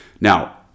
Now